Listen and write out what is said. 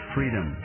Freedom